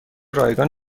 رایگان